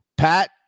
Pat